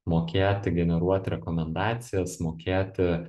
mokėti generuoti rekomendacijas mokėti